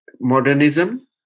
modernism